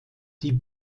die